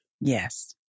Yes